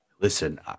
Listen